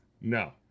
No